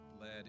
led